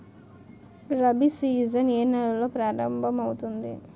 Rabi season ఏ నెలలో ప్రారంభమౌతుంది?